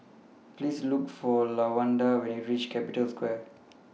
Please Look For Lawanda when YOU REACH Capital Square